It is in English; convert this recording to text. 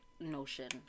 notion